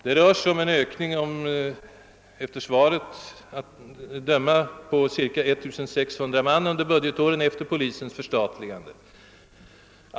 Det rör sig av interpellationssvaret att döma om en ökning med cirka 1 600 man under budgetåren efter polisens förstatligande.